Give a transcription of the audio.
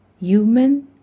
human